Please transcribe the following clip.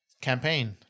campaign